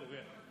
תשאל את אוריאל.